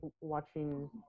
watching